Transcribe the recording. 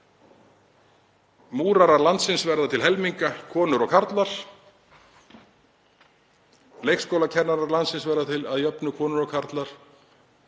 Múrarar landsins verða til helminga konur og karlar. Leikskólakennarar landsins verða að jöfnu konur og karlar.